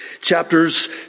Chapters